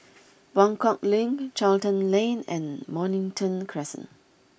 Buangkok Link Charlton Lane and Mornington Crescent